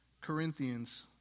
Corinthians